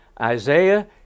Isaiah